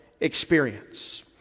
experience